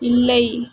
இல்லை